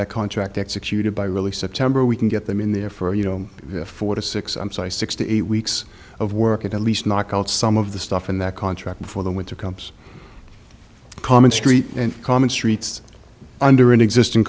that contract executed by really september we can get them in there for you know four to six six to eight weeks of work at least knock out some of the stuff in that contract before the winter comes common street and common streets under an existing